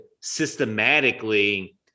systematically